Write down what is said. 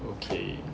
okay